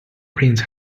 prince